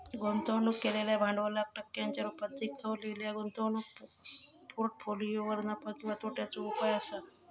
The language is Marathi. गुंतवणूक केलेल्या भांडवलाक टक्क्यांच्या रुपात देखवलेल्या गुंतवणूक पोर्ट्फोलियोवर नफा किंवा तोट्याचो उपाय असा